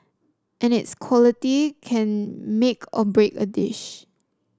and its quality can make or break a dish